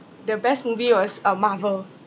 the best movie was uh marvel